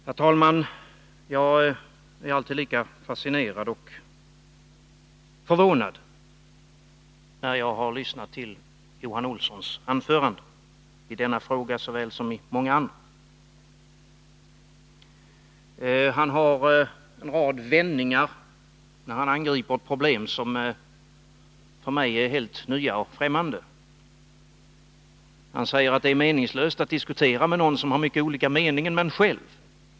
Herr talman! Jag är alltid lika fascinerad och förvånad när jag har lyssnat till Johan Olssons anföranden. Det gäller såväl i denna fråga som i många andra frågor. Han har en rad vändningar när han angriper ett problem som för mig är helt nya och främmande. Han säger att det är meningslöst att diskutera med den som har en helt annan uppfattning än man själv har.